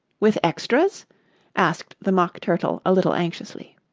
with extras asked the mock turtle a little anxiously.